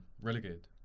relegated